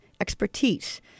expertise